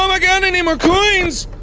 ah my god, i need more coins!